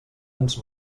ens